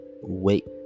wait